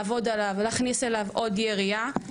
לעבוד עליו ולהכניס אליו עוד יריעה.